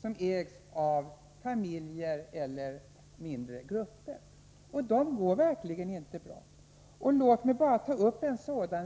som ägs av familjer eller mindre grupper — och för dessa går det verkligen inte bra. Låt mig bara peka på följande uppgifter.